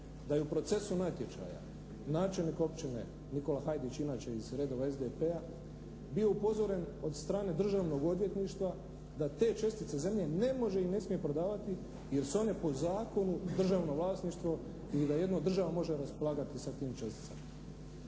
da je u procesu natječaja načelnik općine Nikola Hajdić, inače iz redova SDP-a, bio upozoren od strane Državnog odvjetništva da te čestice zemlje ne može i ne smije prodavati jer su one po zakonu državno vlasništvo i da jedino država može raspolagati sa tim česticama.